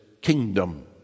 kingdom